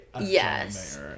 yes